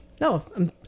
No